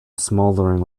smouldering